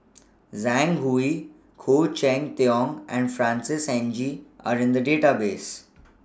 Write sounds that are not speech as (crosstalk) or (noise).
(noise) Zhang Hui Khoo Cheng Tiong and Francis N G Are in The Database